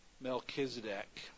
Melchizedek